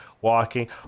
walking